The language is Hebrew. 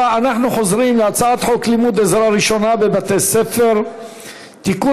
אנחנו חוזרים להצעת חוק לימוד עזרה ראשונה בבתי ספר (תיקון,